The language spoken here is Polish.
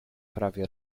prawie